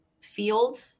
field